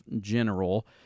general